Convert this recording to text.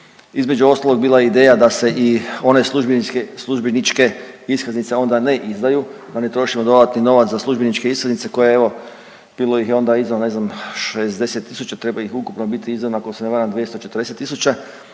Između ostalog bila je ideja da se i one službeničke iskaznice onda ne izdaju da ne trošimo dodatni novac za službeničke iskaznice koje evo bilo ih je onda izdano ne znam 60 tisuća, treba ih ukupno biti izdano ako se ne varam 240 tisuća